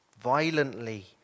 violently